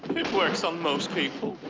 it works on most people.